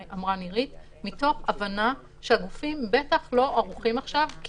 מתוך הבנה שהגופים בטח לא ערוכים עכשיו.